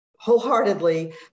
wholeheartedly